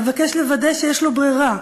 ואבקש לוודא שיש לו ברירה,